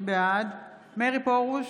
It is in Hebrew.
בעד מאיר פרוש,